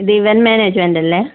ഇത് event management അല്ലേ